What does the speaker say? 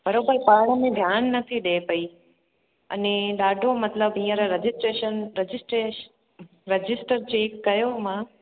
बराबरि पढ़ण में ध्यान न थी ॾिए पई अने ॾाढो मतिलबु हींअर रजिस्ट्रेशन रजिस्ट्रेट रजिस्टेर चेक कयो मां